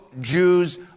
Jews